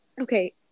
Okay